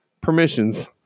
Permissions